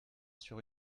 sur